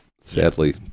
sadly